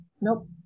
Nope